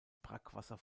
brackwasser